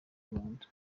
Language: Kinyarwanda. rwanda